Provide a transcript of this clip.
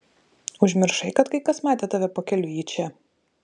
užmiršai kad kai kas matė tave pakeliui į čia